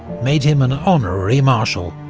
made him an honorary marshal,